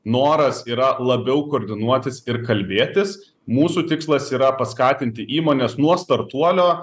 noras yra labiau koordinuotis ir kalbėtis mūsų tikslas yra paskatinti įmones nuo startuolio